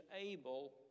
able